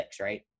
right